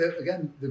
again